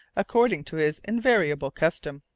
according to his invariable custom.